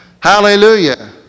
Hallelujah